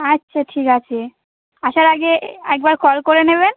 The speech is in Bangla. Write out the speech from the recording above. আচ্ছা ঠিক আছে আসার আগে একবার কল করে নেবেন